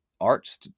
Arts